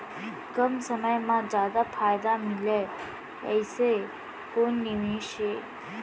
कम समय मा जादा फायदा मिलए ऐसे कोन निवेश हे?